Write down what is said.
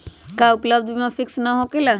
का उपलब्ध बीमा फिक्स न होकेला?